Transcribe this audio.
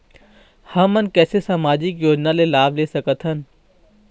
हमन कैसे सामाजिक योजना के लाभ ले सकथन?